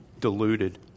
deluded